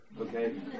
okay